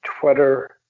Twitter